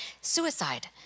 suicide